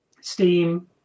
Steam